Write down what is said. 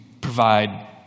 provide